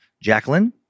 Jacqueline